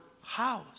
house